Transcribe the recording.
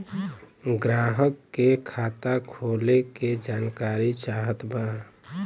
ग्राहक के खाता खोले के जानकारी चाहत बा?